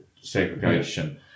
segregation